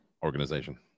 organization